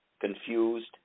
confused